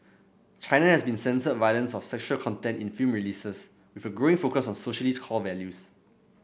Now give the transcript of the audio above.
China has long censored violence or sexual content in film releases with a growing focus on socialist core values